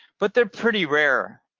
but they're pretty rare.